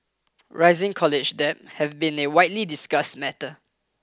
rising college debt has been a widely discussed matter